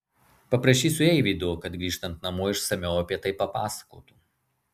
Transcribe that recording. paprašysiu eivydo kad grįžtant namo išsamiau apie tai papasakotų